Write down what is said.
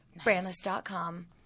Brandless.com